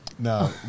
No